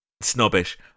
snobbish